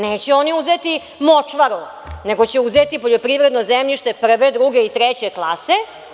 Neće oni uzeti močvaru, nego će uzeti poljoprivredno zemljište prve, druge i treće klase.